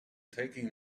taking